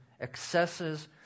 excesses